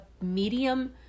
medium